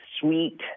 sweet